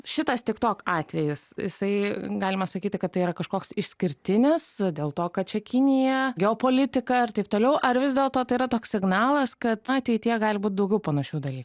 šitas tiktok atvejis jisai galima sakyti kad tai yra kažkoks išskirtinis dėl to kad čia kinija geopolitika ir taip toliau ar vis dėlto tai yra toks signalas kad ateityje gali būt daugiau panašių dalykų